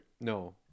No